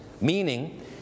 meaning